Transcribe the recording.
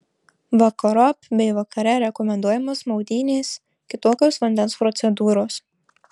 vakarop bei vakare rekomenduojamos maudynės kitokios vandens procedūros